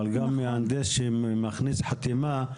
אבל גם מהנדס שמכניס חתימה,